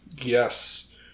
Yes